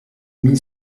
mille